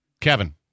Kevin